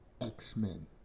X-Men